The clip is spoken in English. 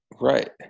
Right